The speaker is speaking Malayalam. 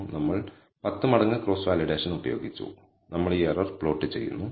നമ്മൾ 10 മടങ്ങ് ക്രോസ് വാലിഡേഷൻ ഉപയോഗിച്ചു നമ്മൾ ഈ എറർ പ്ലോട്ട് ചെയ്യുന്നു